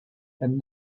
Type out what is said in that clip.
and